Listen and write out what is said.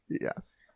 Yes